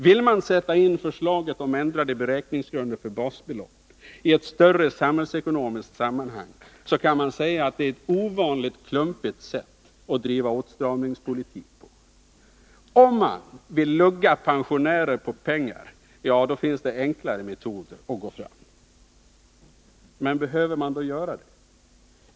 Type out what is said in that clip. Vill man sätta in förslaget om ändrade beräkningsgrunder för basbelopp i ett större samhällsekonomiskt sammanhang, kan man säga att det är ett ovanligt klumpigt sätt att driva åtstramningspolitik på. Om man vill lugga pensionärer på pengar, då finns det enklare metoder att gå fram på. Men behöver man då göra det?